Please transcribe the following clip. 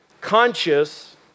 conscious